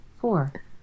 Four